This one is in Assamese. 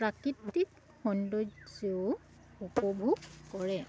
প্ৰাকৃতিক সৌন্দৰ্যও উপভোগ কৰে